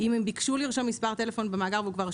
אם הם ביקשו לרשום מספר טלפון במאגר והוא כבר רשום,